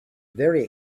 very